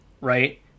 right